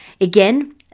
Again